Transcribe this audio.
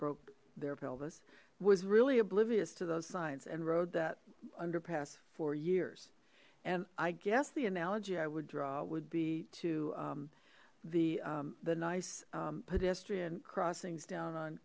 broke their pelvis was really oblivious to those signs and road that underpass for years and i guess the analogy i would draw would be to the the nice pedestrian crossings down on